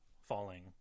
falling